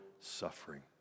suffering